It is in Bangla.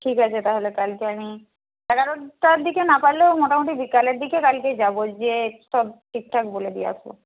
ঠিক আছে তাহলে কালকে আমি এগারোটার দিকে না পারলেও মোটামুটি বিকেলের দিকে বাড়িতে যাব গিয়ে সব ঠিকঠাক বলে দিয়ে আসবো